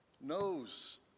knows